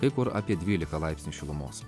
kai kur apie dvylika laipsnių šilumos